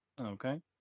Okay